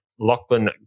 Lachlan